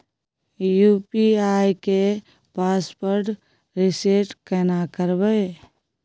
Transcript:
UPI के password reset केना करबे?